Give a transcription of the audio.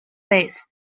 base